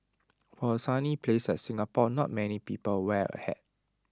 for A sunny place like Singapore not many people wear A hat